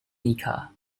mica